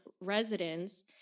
residents